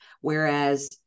whereas